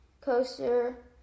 coaster